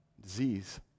disease